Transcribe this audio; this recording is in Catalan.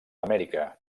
amèrica